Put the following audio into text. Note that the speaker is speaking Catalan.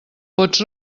pots